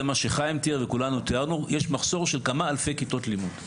זה מה שחיים תיאר וכולנו תיארנו יש מחסור של כמה אלפי כיתות לימוד,